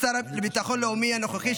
את השר לביטחון לאומי הנוכחי,